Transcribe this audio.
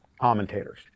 commentators